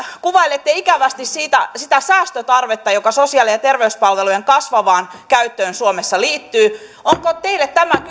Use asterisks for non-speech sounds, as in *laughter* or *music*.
kuvailette ikävästi sitä säästötarvetta joka sosiaali ja terveyspalvelujen kasvavaan käyttöön suomessa liittyy onko tämä *unintelligible*